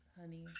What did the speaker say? honey